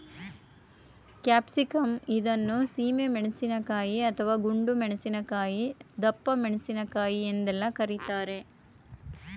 capsicum ಇದನ್ನು ಸೀಮೆ ಮೆಣಸಿನಕಾಯಿ, ಅಥವಾ ಗುಂಡು ಮೆಣಸಿನಕಾಯಿ, ದಪ್ಪಮೆಣಸಿನಕಾಯಿ ಎಂದೆಲ್ಲ ಕರಿತಾರೆ